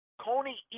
Coney